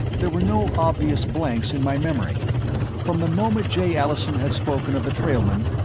there were no obvious blanks in my memory from the moment jay allison had spoken of the trailmen,